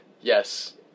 Yes